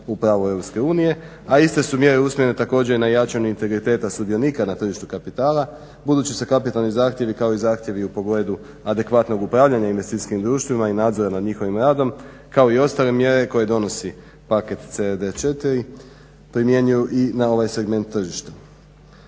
u pravu EU, a iste su mjere usmjerene također na jačanje integriteta sudionika na tržištu kapitala. Budući da se kapitalni zahtjevi kao i zahtjevi u pogledu adekvatnog upravljanja investicijskim društvima i nadzora nad njihovim radom kao i ostale mjere koje donosi paket CD 4 primjenjuju i na ovaj segment tržišta.